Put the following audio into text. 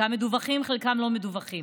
חלקם מדֻווחים, חלקם לא מדֻווחים.